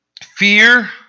Fear